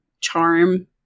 charm